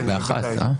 כן, בוודאי.